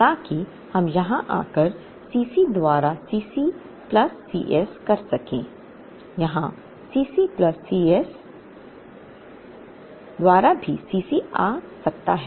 ताकि हम यहाँ आकर C C द्वारा C c plus C s कर सकें यहाँ C C plus C s द्वारा भी C C आ सकता है